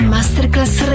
Masterclass